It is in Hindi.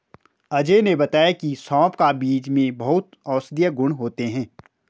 अजय ने बताया की सौंफ का बीज में बहुत औषधीय गुण होते हैं